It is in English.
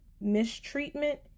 mistreatment